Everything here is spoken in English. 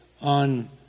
on